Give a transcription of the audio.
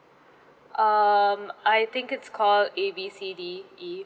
um I think it's called A B C D E